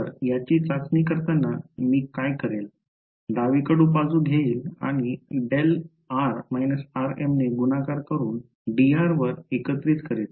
तर याची चाचणी करताना मी काय करेल डावीकडील बाजू घेईन आणि δr − rm ने गुणाकार करुन dr वर एकत्रित करीन